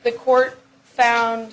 the court found